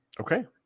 Okay